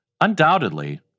Undoubtedly